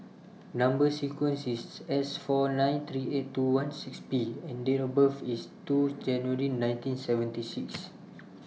Number sequence IS S four nine three eight two one six P and Date of birth IS two January nineteen seventy six